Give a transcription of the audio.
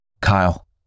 Kyle